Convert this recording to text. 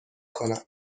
کنم